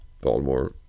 Baltimore